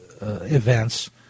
events